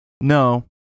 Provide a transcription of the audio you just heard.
No